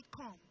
come